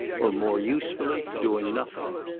or more usefully doing nothing.